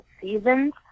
seasons